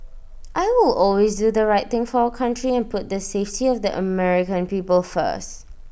I will always do the right thing for our country and put the safety of the American people first